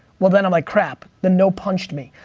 well then i'm like crap. the no punched me.